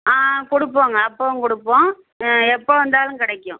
ஆ கொடுப்போங்க அப்பவும் கொடுப்போம் எப்போ வந்தாலும் கிடைக்கும்